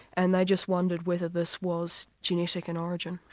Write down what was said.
and they just wondered whether this was genetic in origin.